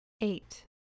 Eight